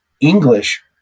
english